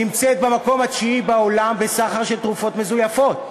נמצאת במקום התשיעי בעולם בסחר בתרופות מזויפות.